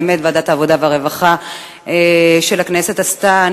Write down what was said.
באמת ועדת העבודה והרווחה של הכנסת קיימה,